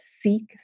Seek